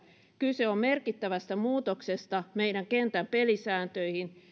kyse on merkittävästä muutoksesta meidän kentän pelisääntöihin